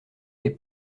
l’ai